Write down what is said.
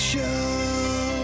Show